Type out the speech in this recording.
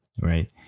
Right